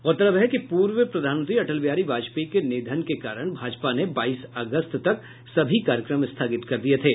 गौरतलब है कि पूर्व प्रधानमंत्री अटल बिहारी वाजपेयी के निधन के कारण भाजपा ने बाईस अगस्त तक सभी कार्यक्रम स्थगित कर दिये थे